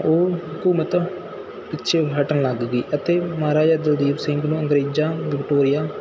ਉਹ ਹਕੁਮਤ ਪਿੱਛੇ ਹਟਣ ਲੱਗ ਗਈ ਅਤੇ ਮਹਾਰਾਜਾ ਦਲੀਪ ਸਿੰਘ ਨੂੰ ਅੰਗਰੇਜ਼ ਵਿਕਟੋਰੀਆ